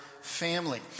family